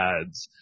ads